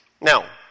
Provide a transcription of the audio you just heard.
Now